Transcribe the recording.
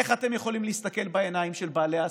איך אתם יכולים להסתכל בעיניים של בעלי העסקים,